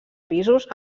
pisos